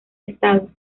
estado